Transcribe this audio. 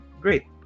great